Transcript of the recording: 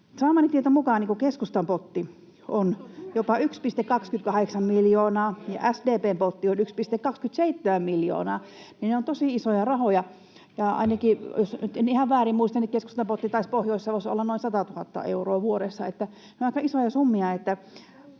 Saamani tiedon mukaan keskustan potti on jopa 1,28 miljoonaa ja SDP:n potti on 1,27 miljoonaa. Ne ovat tosi isoja rahoja, ja jos nyt en ihan väärin muista, ainakin keskustan potti taisi Pohjois-Savossa olla noin 100 000 euroa vuodessa. Nämä ovat aika isoja summia.